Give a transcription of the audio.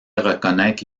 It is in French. reconnaître